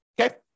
Okay